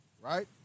right